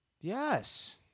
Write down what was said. Yes